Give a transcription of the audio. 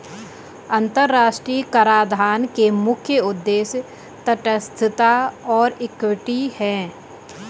अंतर्राष्ट्रीय कराधान के मुख्य उद्देश्य तटस्थता और इक्विटी हैं